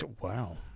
Wow